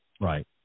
Right